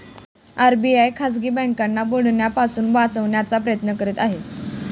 RBI खाजगी बँकांना बुडण्यापासून वाचवण्याचा प्रयत्न करत आहे